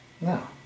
No